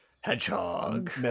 Hedgehog